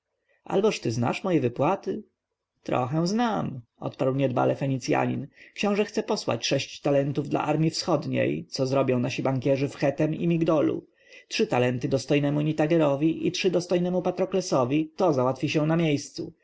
alboż ty znasz moje wypłaty trochę znam odparł niedbale fenicjanin książę chce posłać sześć talentów dla armji wschodniej co zrobią nasi bankierzy w chetem i migdolu trzy talenty dostojnemu nitagerowi i trzy dostojnemu patroklesowi to załatwi się na miejscu